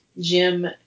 Jim